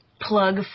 Plug